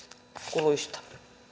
kuluista